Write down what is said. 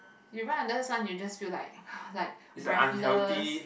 you run under sun you just feel like like breathless